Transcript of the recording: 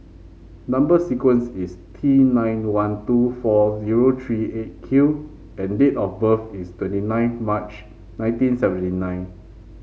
number sequence is T nine one two four zero three Eight Q and date of birth is twenty nine March nineteen seventy nine